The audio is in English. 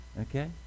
Okay